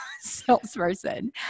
salesperson